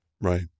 Right